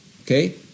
Okay